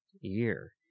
year